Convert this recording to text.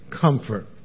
comfort